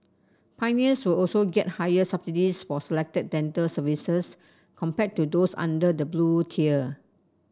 pioneers will also get higher subsidies for selected dental services compared to those under the Blue Tier